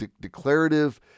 declarative